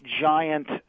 giant